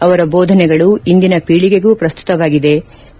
ಅವರ ಬೋಧನೆಗಳು ಇಂದಿನ ಪೀಳಿಗೆಗೂ ಪ್ರಸ್ತುತವಾಗಿದೆ ಎಂದರು